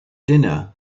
dinner